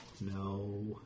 No